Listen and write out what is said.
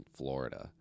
florida